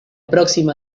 próxima